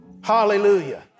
Hallelujah